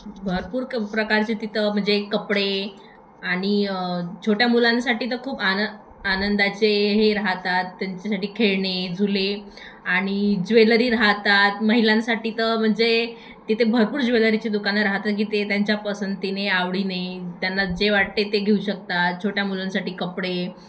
भरपूर क प्रकारचे तिथं म्हणजे कपडे आणि छोट्या मुलांसाठी तर खूप आणि आनंदाचे हे राहतात त्यांच्यासाठी खेळणे झुले आणि ज्वेलरी राहतात महिलांसाठी तर म्हणजे तिथे भरपूर ज्वेलरीची दुकानं राहतं की ते त्यांच्या पसंतीने आवडीने त्यांना जे वाटते ते घेऊ शकतात छोट्या मुलांसाठी कपडे